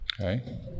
Okay